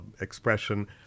expression